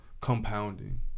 compounding